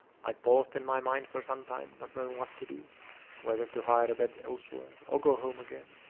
i paused in my mind for some time, not knowing what to do whether to hire a bed elsewhere, or go home again.